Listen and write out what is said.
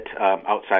outside